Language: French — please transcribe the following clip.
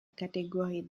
catégorie